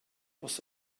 was